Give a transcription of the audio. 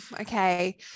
okay